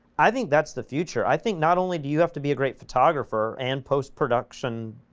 i think that's the future, i think not only do you have to be a great photographer and post-production.